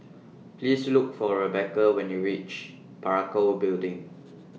Please Look For Rebecca when YOU REACH Parakou Building